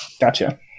gotcha